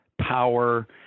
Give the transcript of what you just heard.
power